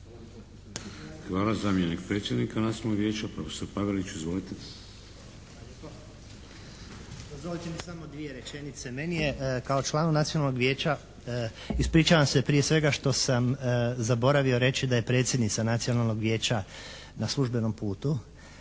Hvala. Zamjenik predsjednika nacionalnog vijeća profesor Pavelić, izvolite. **Pavelić, Krešimir** Hvala lijepa. Dozvolite mi samo dvije rečenice. Meni je kao članu nacionalnog vijeća, ispričavam se prije svega što sam zaboravio reći da je predsjednica nacionalnog vijeća na službenom putu,